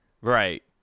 right